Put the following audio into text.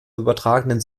übertragenen